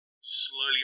slowly